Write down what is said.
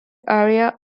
area